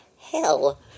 hell